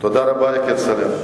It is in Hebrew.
תודה רבה, כצל'ה.